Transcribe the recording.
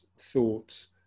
thoughts